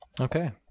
Okay